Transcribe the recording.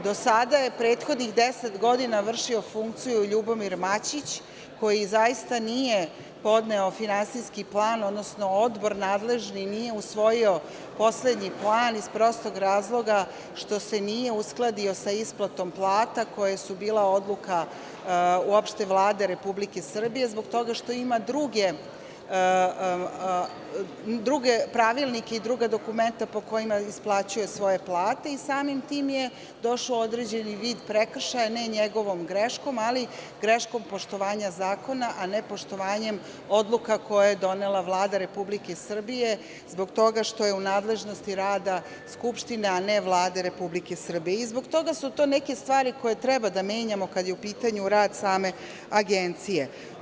Do sada je prethodnih deset godina vršio funkciju LJubomir Maćić, koji zaista nije podneo finansijski plan, odnosno odbor nadležni nije usvojio poslednji plan iz prostog razloga što se nije uskladio sa isplatom plata koje su bile odluka uopšte Vlade Republike Srbije zbog toga što ima druge pravilnike i druga dokumenta po kojima isplaćuje svoje plate i samim tim je došao u određeni vid prekršaja, ne njegovom greškom, ali greškom poštovanja zakona, a ne poštovanjem odluka koje je donela Vlada Republike Srbije zbog toga što je u nadležnosti rada Skupštine, a ne Vlade Republike Srbije i zbog toga su to neke stvari koje treba da menjamo kada je u pitanju rad same Agencije.